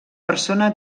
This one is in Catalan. persona